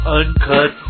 uncut